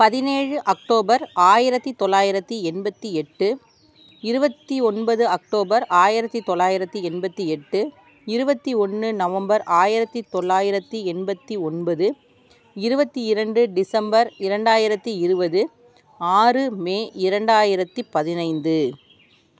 பதினேழு அக்டோபர் ஆயிரத்து தொள்ளாயிரத்து எண்பத்து எட்டு இருபத்து ஒன்பது அக்டோபர் ஆயிரத்து தொள்ளாயிரத்து எண்பத்து எட்டு இருபத்து ஒன்று நவம்பர் ஆயிரத்து தொள்ளாயிரத்து எண்பத்து ஒன்பது இருபத்து இரண்டு டிசம்பர் இரண்டாயிரத்து இருபது ஆறு மே இரண்டாயிரத்து பதினைந்து